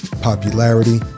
popularity